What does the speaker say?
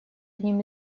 одним